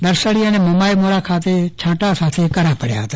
દરસડી અને મોમાયમોરા ખાતે છાંટા સાથે કરા પડ્યા હતા